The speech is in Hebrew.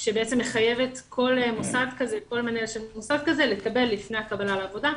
שמחייב כל מנהל של מוסד כזה לקבל לפני הקבלה לעבודה,